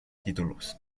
títulos